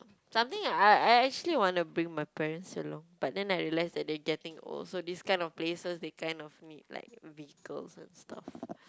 something I I actually want to bring my parents along but then I realised they getting old so these kinds of places they kind of need like vehicles and stuff